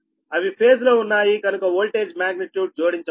అవి ఫేజ్ లో ఉన్నాయి కనుక వోల్టేజ్ మాగ్నిట్యూడ్ జోడించవచ్చు